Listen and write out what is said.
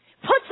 Puts